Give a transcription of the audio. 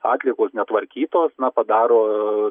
atliekos netvarkytos na padaro